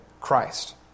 Christ